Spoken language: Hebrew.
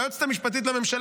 והיועצת המשפטית לממשלה